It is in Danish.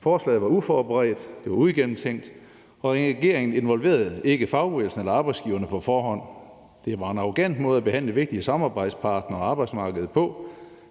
Forslaget var uforberedt, og det var uigennemtænkt, og regeringen involverede ikke fagbevægelsen eller arbejdsgiverne på forhånd. Det var en arrogant måde at behandle vigtige samarbejdspartnere og arbejdsmarkedet på.